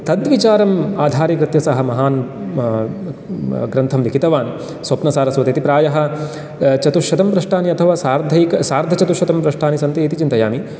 तद्विचारम् आधारीकृत्य सः महान् ग्रन्थं लिखितवान् स्वप्नसारस्वत इति प्रायः चतुश्शतं पृष्टानि अथवा सार्धैक सार्धचतुश्शतं पृष्टानि सन्ति इति चिन्तयामि